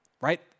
right